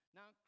Now